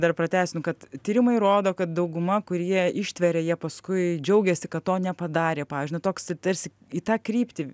dar pratęsiu nu kad tyrimai rodo kad dauguma kurie ištveria jie paskui džiaugiasi kad to nepadarė pavyzdžiui toks tarsi į tą kryptį